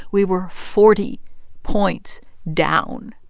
we were forty points down.